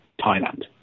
Thailand